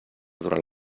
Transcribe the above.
durant